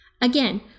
Again